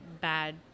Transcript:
bad